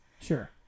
Sure